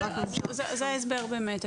זה ההסבר באמת.